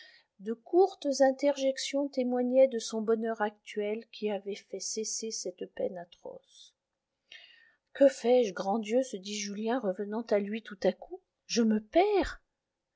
de courtes interjections témoignaient de son bonheur actuel qui avait fait cesser cette peine atroce que fais-je grand dieu se dit julien revenant à lui tout à coup je me perds